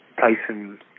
Tyson